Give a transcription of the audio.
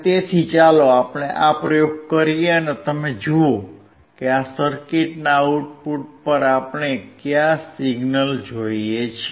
તેથી ચાલો આપણે આ પ્રયોગ કરીએ અને તમે જુઓ કે આ સર્કિટના આઉટપુટ પર આપણે કયા સિગ્નલ જોઈએ છીએ